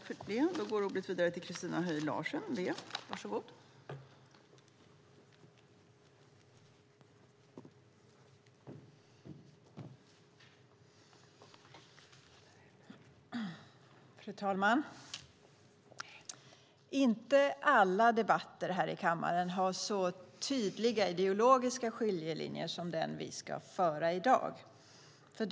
Fru talman! Inte alla debatter här i kammaren har så tydliga ideologiska skiljelinjer som den debatt vi nu ska föra.